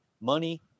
money